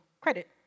credit